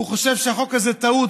הוא חושב שהחוק הזה הוא טעות,